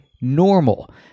normal